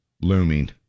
looming